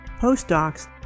postdocs